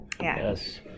Yes